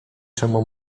czemu